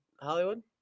Hollywood